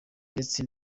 ndetse